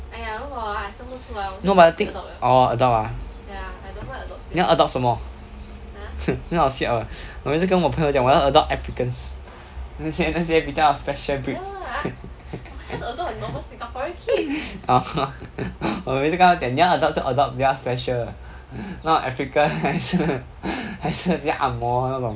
but the thing orh adopt ah 你要 adopt 什么 很好笑的我每次跟我朋友讲我要 adopt africans 那些那些比较 special breed orh 我每次跟他们讲你要 adopt 就 adopt 比较 special 的那种 african 还是还是比较 ang moh 这种